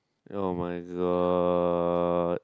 oh my god